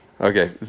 Okay